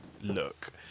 look